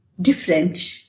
different